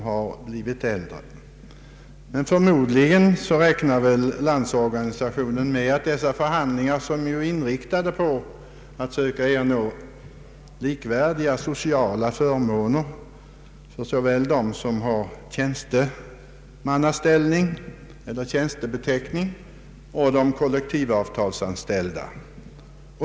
Förmodligen räknar Landsorganisationen med att få gehör för sina krav vid dessa förhandlingar, som ju är inriktade på att söka ernå likvärdiga sociala förmåner för såväl dem som betecknas som tjänstemän som kollektivavtalsanställda.